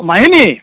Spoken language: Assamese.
মাহী নি